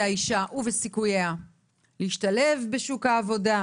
האישה ובסיכוייה להשתלב בשוק העבודה,